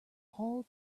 all